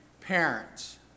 parents